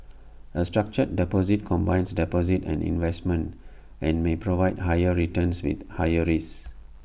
A structured deposit combines deposits and investments and may provide higher returns with higher risks